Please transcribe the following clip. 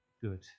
good